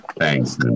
Thanks